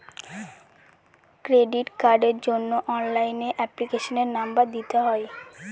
credit কার্ডের জন্য অনলাইনে এপ্লিকেশনের নম্বর দিতে হয়